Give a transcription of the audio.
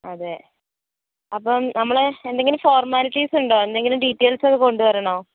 അതെ അപ്പം നമ്മൾ എന്തെങ്കിലും ഫോർമാലിറ്റീസ് ഉണ്ടോ എന്തെങ്കിലും ഡീറ്റെയിൽസ് ഒക്കെ കൊണ്ടുവരണോ